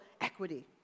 equity